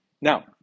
Now